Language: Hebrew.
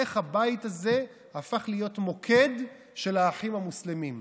איך הבית הזה הפך להיות מוקד של האחים המוסלמים?